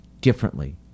differently